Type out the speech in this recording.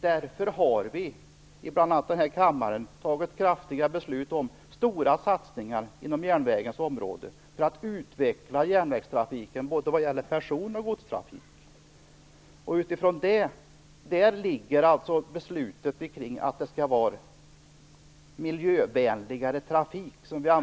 Därför har vi bl.a. i denna kammare fattat kraftfulla beslut om stora satsningar på järnvägens område för att utveckla järnvägstrafiken, både vad gäller person och godstrafik. Det ligger alltså till grund för beslutet att vi skall använda oss av miljövänligare trafik.